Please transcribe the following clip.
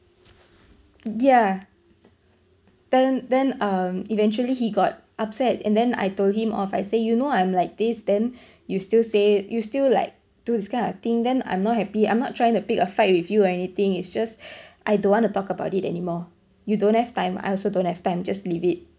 ya then then um eventually he got upset and then I told him oh I say you know I'm like this then you still say you still like do this kind of thing then I'm not happy I'm not trying to pick a fight with you or anything it's just I don't want to talk about it anymore you don't have time I also don't have time just leave it